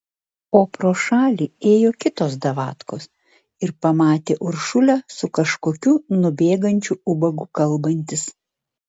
o pro šalį ėjo kitos davatkos ir pamatė uršulę su kažkokiu nubėgančiu ubagu kalbantis